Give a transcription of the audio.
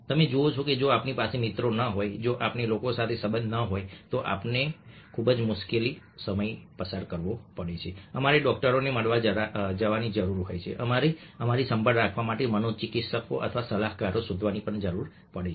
તમે જુઓ છો કે જો આપણી પાસે મિત્રો ન હોય જો આપણો લોકો સાથે સંબંધ ન હોય તો આપણો ખૂબ જ મુશ્કેલ સમય હોય છે અમારે ડોકટરોને મળવા જવાની જરૂર હોય છે અમારે અમારી સંભાળ રાખવા માટે મનોચિકિત્સકો અથવા સલાહકારો શોધવાની જરૂર હોય છે